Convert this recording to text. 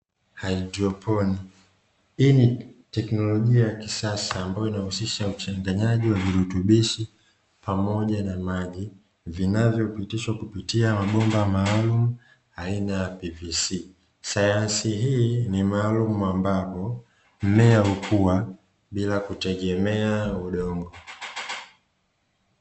Haidroponi hii ni teknolojia ya kisasa inayohusisha uchanganyaji wa virutubishi pamoja na maji vinavyopitishwa kupitia mabomba maalumu aina ya "PVC", sayansi ni maalumu ambapo mmea hukua bila kutegemea udongo.